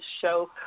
show